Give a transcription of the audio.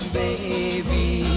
baby